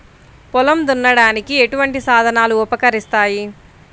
పొలం దున్నడానికి ఎటువంటి సాధనలు ఉపకరిస్తాయి?